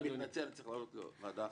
אני מתנצל צריך לעלות לוועדה אחרת.